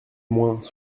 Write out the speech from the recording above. moins